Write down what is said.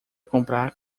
comprar